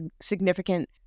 significant